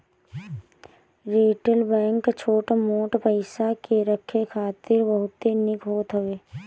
retail bank छोट मोट पईसा के रखे खातिर बहुते निक होत हवे